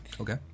Okay